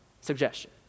suggestion